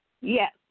Yes